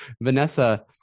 Vanessa